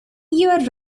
your